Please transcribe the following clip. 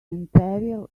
imperial